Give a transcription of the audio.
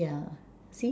yeah